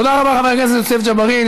תודה רבה חבר הכנסת יוסף ג'בארין.